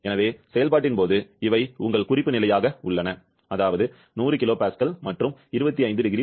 எனவே செயல்பாட்டின் போது இவை உங்கள் குறிப்பு நிலையாக உள்ளன 100 kPa மற்றும் 25 0C